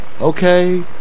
Okay